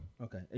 Okay